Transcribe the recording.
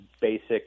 basic